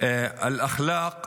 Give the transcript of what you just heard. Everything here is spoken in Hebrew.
(אומר בשפה